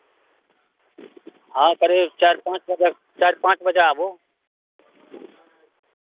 हँ करीब चारि पाँच बजे चारि पाँच बजे आबू